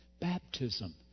Baptism